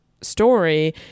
story